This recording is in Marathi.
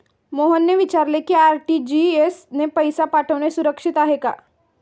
मोहनने विचारले की आर.टी.जी.एस ने पैसे पाठवणे सुरक्षित आहे का?